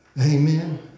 Amen